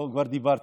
או כבר דיברתי?